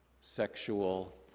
sexual